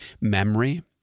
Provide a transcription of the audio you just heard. Memory